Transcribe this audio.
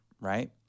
right